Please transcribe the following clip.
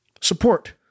support